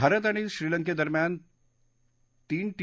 भारत आणि श्रीलंकेदरम्यानच्या तीन टी